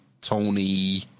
Tony